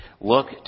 look